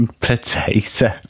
potato